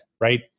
right